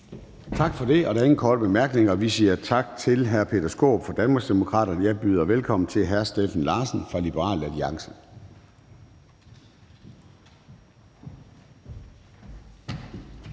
Tak for det. Der er ingen korte bemærkninger. Vi siger tak til hr. Peter Skaarup fra Danmarksdemokraterne. Jeg byder velkommen til hr. Steffen Larsen fra Liberal Alliance.